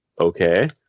okay